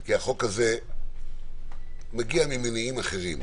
כי החוק הזה מגיע ממניעים אחרים.